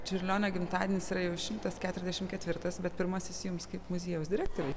čiurlionio gimtadienis yra jau šimtas keturiasdešimt ketvirtas bet pirmasis jums kaip muziejaus direktorei